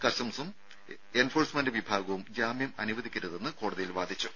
കസ്റ്റംസും enforcement വിഭാഗവും ജാമ്യം അനുവദിക്കരുതെന്ന് കോടതിയിൽ വാദിച്ചു